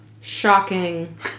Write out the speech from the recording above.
shocking